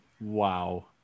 Wow